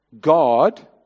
God